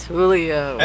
Julio